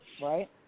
right